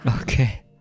Okay